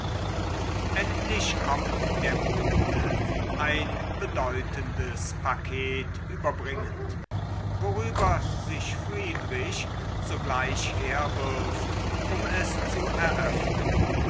endlich kommt der bote ein bedeutendes paket überbringend worüber sich friedrich sogleich herwirft um es zu eröffnen